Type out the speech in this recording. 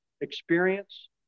experience